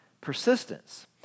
persistence